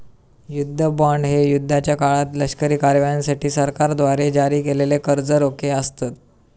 युद्ध बॉण्ड हे युद्धाच्या काळात लष्करी कारवायांसाठी सरकारद्वारे जारी केलेले कर्ज रोखे असतत